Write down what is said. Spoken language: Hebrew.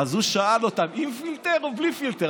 אז הוא שאל אותם: עם פילטר או בלי פילטר?